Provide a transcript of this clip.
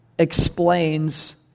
explains